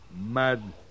mad